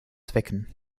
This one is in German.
zwecken